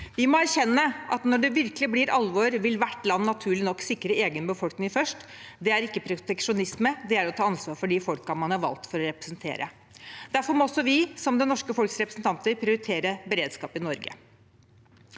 Vi må erkjenne at når det virkelig blir alvor, vil hvert land, naturlig nok, sikre egen befolkning først. Det er ikke proteksjonisme; det er å ta ansvar for de folkene man er valgt til å representere. Derfor må også vi, som det norske folks representanter, prioritere beredskap i Norge.